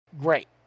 Great